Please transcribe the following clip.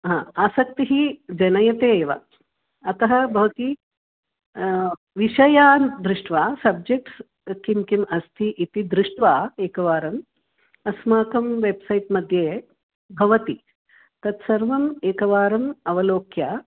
हा आसक्तिः जनयते एव अतः भवती विषयान् दृष्ट्वा सब्जेक्ट्स् किं किम् अस्ति इति दृष्ट्वा एकवारम् अस्माकं वेब्सैट्मध्ये भवति तत्सर्वम् एकवारम् अवलोक्य